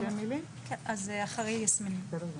תודה.